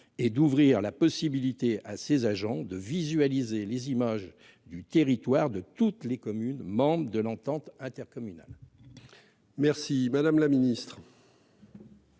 et d'ouvrir la possibilité à ses agents de visualiser les images du territoire de toutes les communes, membre de l'Entente intercommunale. Merci madame la ministre.